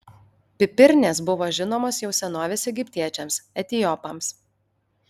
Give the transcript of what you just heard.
pipirnės buvo žinomos jau senovės egiptiečiams etiopams